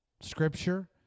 scripture